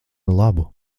labu